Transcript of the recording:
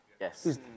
Yes